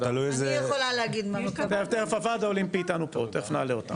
תכף הוועד האולימפי יטען אותו, תכף נעלה אותם.